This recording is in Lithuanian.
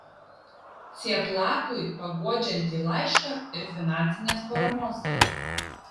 cieplakui paguodžiantį laišką ir finansinės paramos